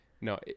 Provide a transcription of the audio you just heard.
No